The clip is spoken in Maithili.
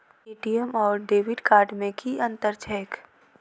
ए.टी.एम आओर डेबिट कार्ड मे की अंतर छैक?